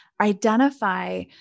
identify